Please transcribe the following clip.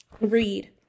read